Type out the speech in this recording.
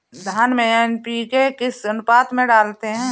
धान में एन.पी.के किस अनुपात में डालते हैं?